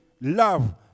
love